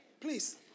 Please